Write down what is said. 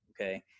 okay